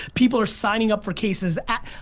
people are signing up for cases at.